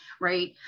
right